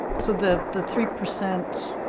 so the the three percent,